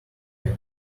cap